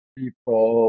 people